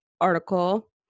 article